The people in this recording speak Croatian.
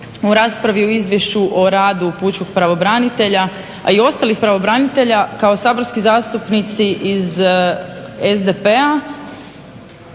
o raspravi o izvješću o radu pučkog pravobranitelja, a i ostalih pravobranitelja kao saborski zastupnici iz SDP-a